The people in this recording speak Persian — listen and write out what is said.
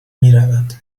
میرود